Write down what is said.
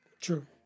True